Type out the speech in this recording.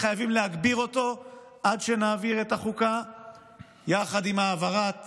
וחייבים להגביר אותו עד שנעביר את החוקה יחד עם העברת